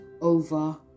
over